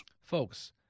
Folks